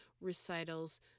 recitals